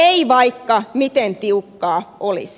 ei vaikka miten tiukkaa olisi